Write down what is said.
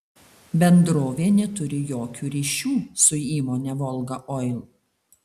bendrovė neturi jokių ryšių su įmone volga oil